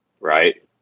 right